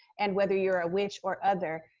and whether you're a witch or other,